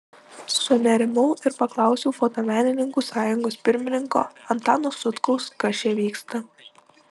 sunerimau ir paklausiau fotomenininkų sąjungos pirmininko antano sutkaus kas čia vyksta